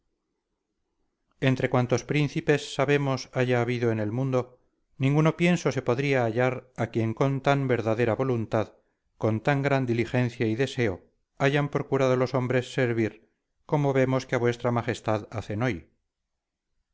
entre cuantos príncipes sabemos haya habido en el mundo ninguno pienso se podría hallar a quien con tan verdadera voluntad con tan gran diligencia y deseo hayan procurado los hombres servir como vemos que a vuestra majestad hacen hoy